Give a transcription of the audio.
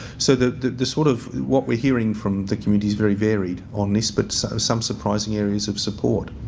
so the the sort of what we're hearing from the community is very varied on this, but so some surprising areas of support.